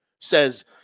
says